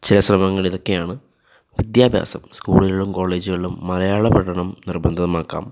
ചില ശ്രമങ്ങളിതൊക്കെയാണ് വിദ്യാഭ്യാസം സ്കൂളുകളിലും കോളേജുകളിലും മലയാള പഠനം നിർബന്ധമാക്കാം